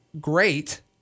great